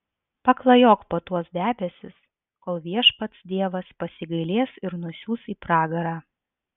paklajok po tuos debesis kol viešpats dievas pasigailės ir nusiųs į pragarą